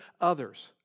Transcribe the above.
others